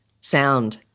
sound